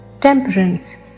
temperance